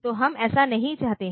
तो हम ऐसा नहीं चाहते हैं